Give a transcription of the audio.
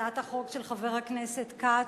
הצעת החוק של חבר הכנסת כץ,